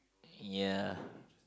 ya